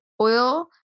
oil